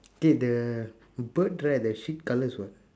okay the bird right there's three colours [what]